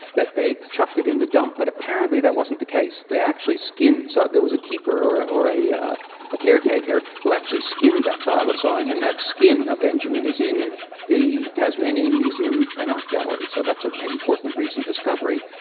that they chucked it in the dump. but apparently that wasn't the case, they actually skinned, so there was a keeper or or ah yeah a caretaker who actually skinned that thylacine, and that skin of benjamin is in the tasmanian museum and art gallery. so that's an important recent discovery.